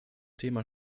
thema